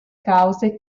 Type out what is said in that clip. cause